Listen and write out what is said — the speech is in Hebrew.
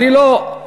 אני לא,